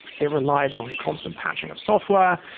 it relies on constant patching of software,